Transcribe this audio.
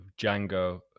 django